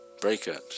breakups